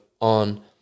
on